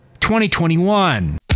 2021